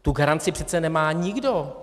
Tu garanci přece nemá nikdo.